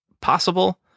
possible